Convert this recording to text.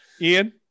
Ian